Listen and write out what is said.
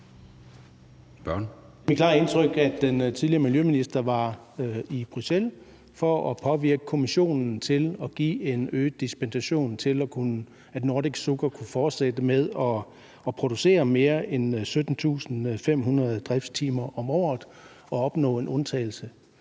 mit klare indtryk, at den tidligere miljøminister var i Bruxelles for at påvirke Kommissionen til at give en øget dispensation til, at Nordic Sugar kunne fortsætte med at producere mere end 17.500 driftstimer om året og opnå en undtagelse.